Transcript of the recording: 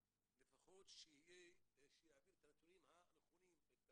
שלפחות יעביר את הנתונים הנכונים ויספר על